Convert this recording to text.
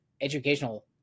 educational